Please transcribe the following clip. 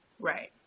right